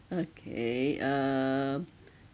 okay um